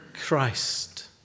Christ